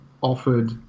offered